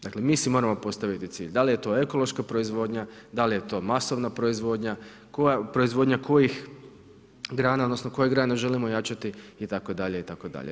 Dakle mi si moramo postaviti cilj, da li je to ekološka proizvodnja, da li je to masovna proizvodnja, proizvodnja kojih grana odnosno koje grane želimo jačati itd., itd.